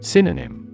Synonym